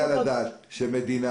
לא יעלה על הדעת שמדינה